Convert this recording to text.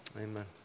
Amen